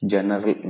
General